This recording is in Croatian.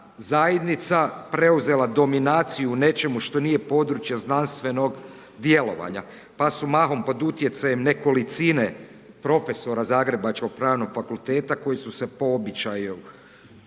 zajednica preuzela dominaciju u nečemu što nije područje znanstvenog djelovanja pa su mahom pod utjecajem nekolicine profesora zagrebačkog Pravnog fakulteta koji su se po običaju